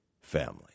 family